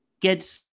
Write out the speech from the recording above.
Get